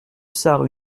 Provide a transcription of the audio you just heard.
sarre